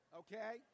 okay